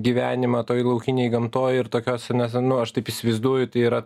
gyvenimą toj laukinėj gamtoj ir tokiose nes nu aš taip įsivaizduoju tai yra